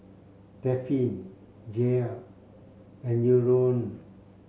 Dafne Jair and Eleonore